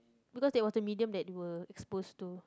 because that was the medium that they were exposed to